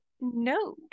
no